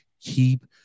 keep